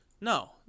No